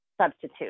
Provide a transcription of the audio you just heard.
substitute